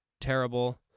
terrible